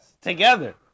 together